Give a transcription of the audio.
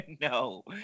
No